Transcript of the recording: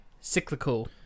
cyclical